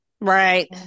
Right